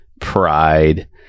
pride